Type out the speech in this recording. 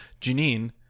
Janine